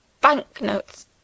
banknotes